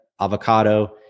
avocado